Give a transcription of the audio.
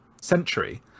century